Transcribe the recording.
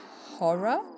horror